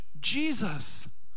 Jesus